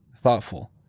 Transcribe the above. thoughtful